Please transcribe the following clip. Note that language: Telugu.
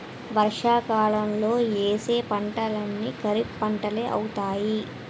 వర్షాకాలంలో యేసే పంటలన్నీ ఖరీఫ్పంటలే అవుతాయి